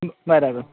બરાબર